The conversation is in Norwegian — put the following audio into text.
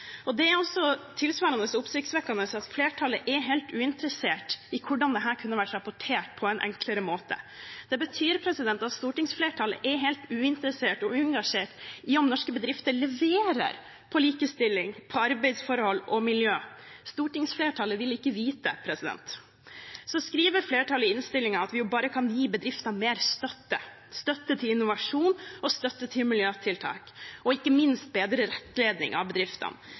Det betyr at vi ikke vet hvordan det kommer til å slå ut litt på sikt. Så i stedet for en føre var-tilnærming har stortingsflertallet en «håper det går bra»-tilnærming. Det er tilsvarende oppsiktsvekkende at flertallet er helt uinteressert i hvordan dette kunne vært rapportert om på en enklere måte. Det betyr at stortingsflertallet er helt uinteressert og uengasjert i om norske bedrifter leverer på likestilling, arbeidsforhold og miljø. Stortingsflertallet vil ikke vite. Flertallet skriver i innstillingen at man kan gi bedriftene mer støtte,